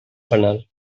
fanal